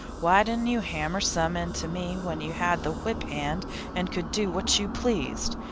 why didn't you hammer some into me when you had the whip hand and could do what you pleased?